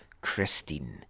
Christine